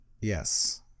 Yes